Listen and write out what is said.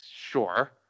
sure